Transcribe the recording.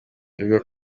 bivugwa